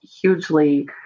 hugely